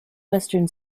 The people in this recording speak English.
western